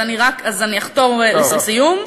אז אני אחתור לסיום.